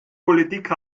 politik